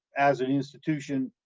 as an institution.